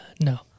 no